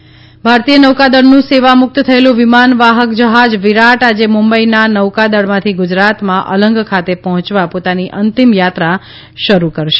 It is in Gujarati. વિરાટ વિમાન ભારતીય નૌકાદળનું સેવા મુકત થયેલુ વિમાન વાહક જહાજ વિરાટ આજે મુંબઇના નૌકાદળમાંથી ગુજરાતમાં અલંગ ખાતે પહોંચવા પોતાની અંતીમ યાત્રા શરૂ કરશે